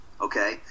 Okay